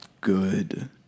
good